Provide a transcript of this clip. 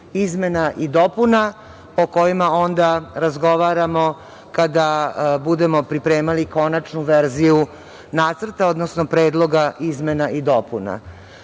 izmena i dopuna o kojima onda razgovaramo kada budemo pripremali konačnu verziju nacrta, odnosno Predloga izmena i